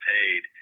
paid